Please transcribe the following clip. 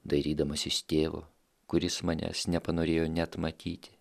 dairydamasis tėvo kuris manęs nepanorėjo net matyti